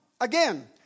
again